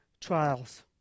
trials